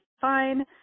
fine